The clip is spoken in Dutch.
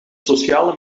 sociale